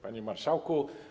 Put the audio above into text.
Panie Marszałku!